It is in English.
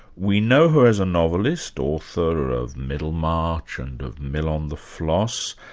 we know her as a novelist, author of middlemarch and of mill on the floss,